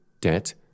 debt